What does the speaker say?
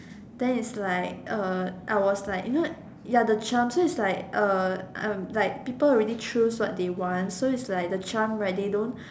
then is like uh I was like you know the jump so is like uh um like people already choose what they want so is like the jump right they don't